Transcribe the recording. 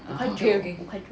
ah okay okay